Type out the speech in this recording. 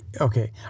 Okay